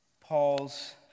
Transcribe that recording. Paul's